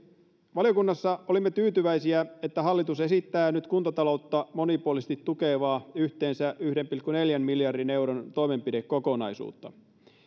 valiokunnassa olimme tyytyväisiä että hallitus esittää nyt kuntataloutta monipuolisesti tukevaa yhteensä yhden pilkku neljän miljardin euron toimenpidekokonaisuutta